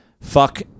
Fuck